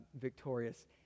victorious